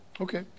Okay